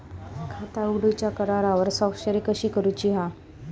खाता उघडूच्या करारावर स्वाक्षरी कशी करूची हा?